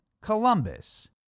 Columbus